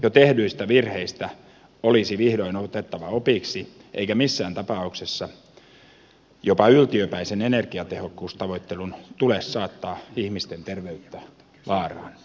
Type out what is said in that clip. jo tehdyistä virheistä olisi vihdoin otettava opiksi eikä missään tapauksessa jopa yltiöpäisen energiatehokkuustavoittelun tule saattaa ihmisten terveyttä vaaraan